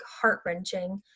heart-wrenching